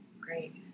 Great